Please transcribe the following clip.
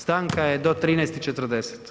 Stanka je do 13 i 40.